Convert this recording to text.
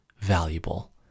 valuable